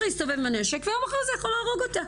להסתובב עם הנשק ויום אחרי זה יכול להרוג אותה.